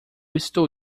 estou